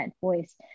voice